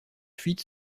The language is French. fuite